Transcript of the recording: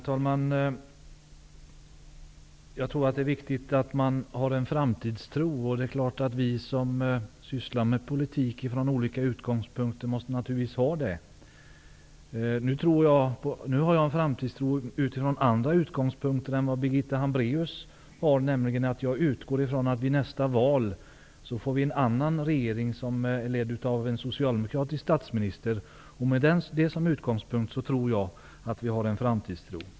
Herr talman! Jag tror att det är viktigt att man har en framtidstro. Vi som sysslar med politik från olika utgångspunkter måste naturligtvis ha det. Min framtidstro har andra utgångspunkter än Birgitta Hambraeus. Jag utgår ifrån att vi vid nästa val får en annan regering, ledd av en socialdemokratisk statsminister. Det är utgångspunkten för min framtidstro.